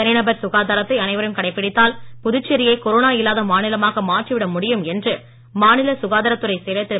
தனிநபர் சுகாதாரத்தை அனைவரும் கடைபிடித்தால் புதுச்சேரியை கொரோனா இல்லாத மாநிலமாக மாற்றிவிட முடியும் என்று மாநில சுகாதாரத்துறைச் செயலர் திரு